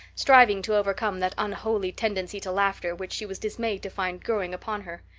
striving to overcome that unholy tendency to laughter which she was dismayed to find growing upon her.